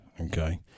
okay